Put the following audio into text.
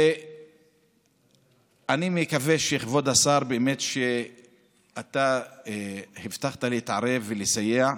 אני מקווה, כבוד השר, אתה הבטחת להתערב ולסייע,